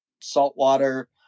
saltwater